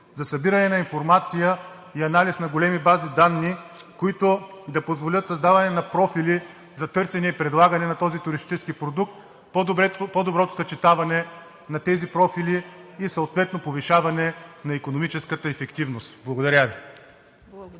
за събиране на информация и големи бази данни, които да позволят създаване на профили за търсене и предлагане на този туристически продукт, по доброто съчетаване на тези профили и съответно повишаване на икономическата ефективност. Благодаря Ви.